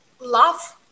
love